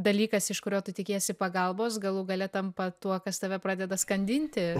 dalykas iš kurio tu tikiesi pagalbos galų gale tampa tuo kas tave pradeda skandinti